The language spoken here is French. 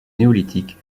néolithique